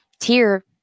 tier